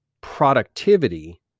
productivity